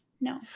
No